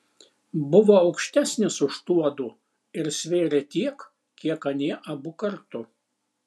buvo aukštesnis už tuodu ir svėrė tiek kiek anie abu kartu